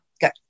Good